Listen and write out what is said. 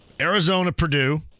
Arizona-Purdue